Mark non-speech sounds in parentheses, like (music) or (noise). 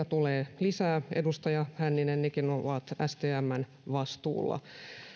(unintelligible) tulee lisää edustaja hänninen nekin ovat stmn vastuulla